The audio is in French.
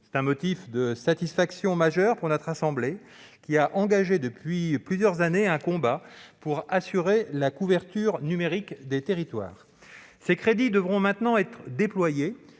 d'un motif de satisfaction majeur pour notre assemblée qui, depuis plusieurs années, a engagé un combat pour assurer la couverture numérique des territoires. Ces crédits devront maintenant être déployés